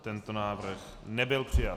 Tento návrh nebyl přijat.